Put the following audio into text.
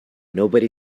nobody